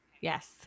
Yes